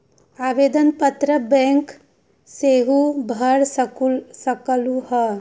आवेदन पत्र बैंक सेहु भर सकलु ह?